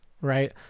right